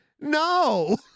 No